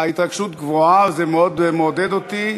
ההתרגשות גבוהה, זה מאוד מעודד אותי.